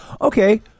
okay